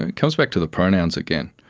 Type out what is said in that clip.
and comes back to the pronouns again.